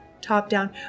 top-down